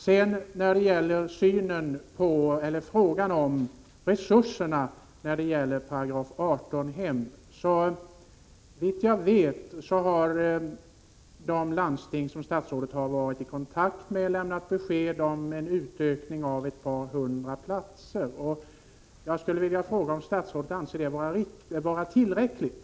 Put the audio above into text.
Så några ord om resurserna när det gäller § 18-hem. Såvitt jag vet har de landsting som statsrådet har varit i kontakt med lämnat uppgiften att de planerar en utökning med ett par hundra platser. Jag skulle vilja fråga om statsrådet anser det vara tillräckligt.